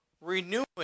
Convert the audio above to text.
renewing